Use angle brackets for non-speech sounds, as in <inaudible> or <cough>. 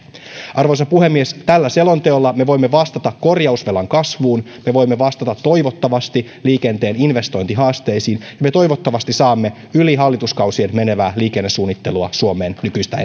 arvoisa puhemies tällä selonteolla me voimme vastata korjausvelan kasvuun me voimme toivottavasti vastata liikenteen investointihaasteisiin ja me toivottavasti me saamme yli hallituskausien menevää liikennesuunnittelua suomeen nykyistä <unintelligible>